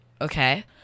Okay